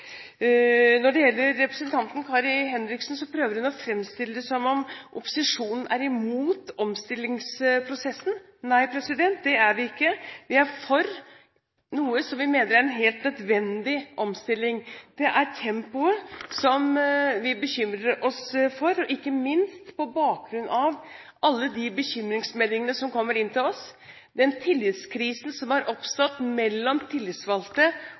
Når det gjelder representanten Kari Henriksen, prøver hun å fremstille det som om opposisjonen er imot omstillingsprosessen. Nei, det er vi ikke. Vi er for noe som vi mener er en helt nødvendig omstilling. Det er tempoet vi bekymrer oss for, ikke minst på bakgrunn av alle de bekymringsmeldingene som kommer inn til oss – den tillitskrisen som har oppstått mellom de tillitsvalgte